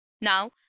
now